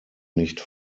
nicht